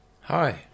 Hi